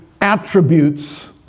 attributes